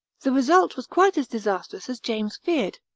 the result was quite as disastrous as james feared.